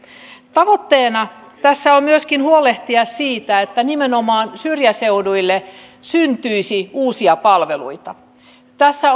tavoitteena tässä on myöskin huolehtia siitä että nimenomaan syrjäseuduille syntyisi uusia palveluita tässä